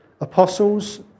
apostles